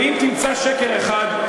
ואם תמצא שקר אחד,